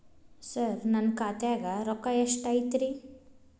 ಸರ ನನ್ನ ಖಾತ್ಯಾಗ ರೊಕ್ಕ ಎಷ್ಟು ಐತಿರಿ?